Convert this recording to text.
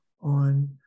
on